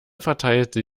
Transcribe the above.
verteilte